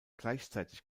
gleichzeitig